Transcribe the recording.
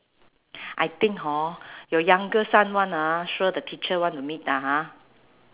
I think hor your youngest son [one] ah sure the teacher want to meet lah ha